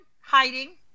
Hiding